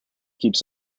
keeps